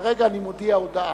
כרגע אני מודיע הודעה.